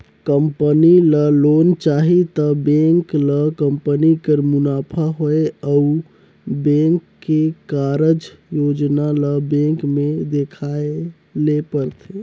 company ल loan चाही त बेंक ल कंपनी कर मुनाफा होए अउ बेंक के कारज योजना ल बेंक में देखाए ले परथे